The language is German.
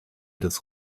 des